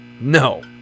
No